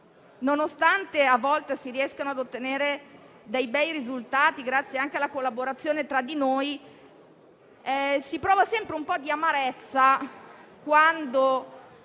nonostante a volte si riescano a ottenere bei risultati, anche grazie alla collaborazione tra di noi, si prova sempre un po' di amarezza, quando